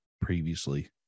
previously